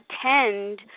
attend